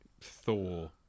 thor